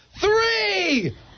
three